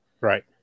Right